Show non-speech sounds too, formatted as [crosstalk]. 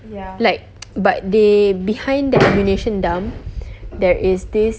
[noise] like but they behind that ammunition dump there is this